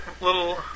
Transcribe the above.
little